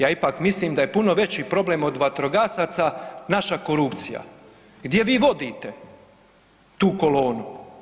Ja ipak mislim da je puno veći problem od vatrogasaca naša korupcija gdje vi vodite tu kolonu.